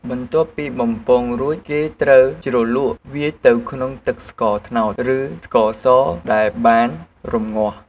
បន្ទាប់ពីបំពងរួច គេត្រូវជ្រលក់វាទៅក្នុងទឹកស្ករត្នោត ឬស្ករសដែលបានរង្ងាស់។